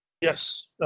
Yes